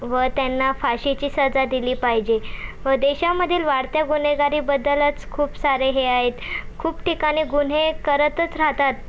व त्यांना फाशीची सजा दिली पाहिजे व देशामधील वाढत्या गुन्हेगारीबद्दलच खूप सारे हे आहेत खूप ठिकाणी गुन्हे करतच राहतात